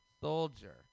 soldier